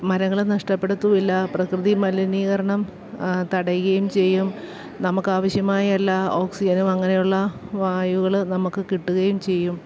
മരങ്ങള് നഷ്ടപ്പെടത്തൂ ഇല്ലാ പ്രകൃതി മലിനീകരണം തടയുകയും ചെയ്യും നമുക്കാവശ്യമായ എല്ലാ ഓക്സിജനും അങ്ങനെയുള്ള വായുകള്ള് നമുക്ക് കിട്ടുകയും ചെയ്യും